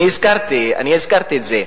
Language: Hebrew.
אני הזכרתי את זה.